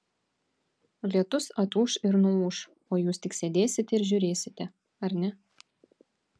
lietus atūš ir nuūš o jūs tik sėdėsite ir žiūrėsite ar ne